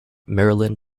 maryland